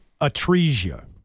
atresia